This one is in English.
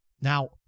Now